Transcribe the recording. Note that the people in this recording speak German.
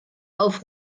auf